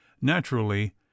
NATURALLY